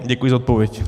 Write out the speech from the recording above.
Děkuji za odpověď.